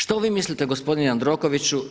Što vi mislite gospodine Jandrokoviću?